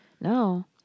No